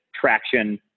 traction